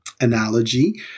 analogy